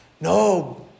no